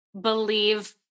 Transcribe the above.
believe